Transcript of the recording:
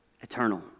eternal